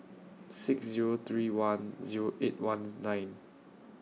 six Zero three one Zero eight one nine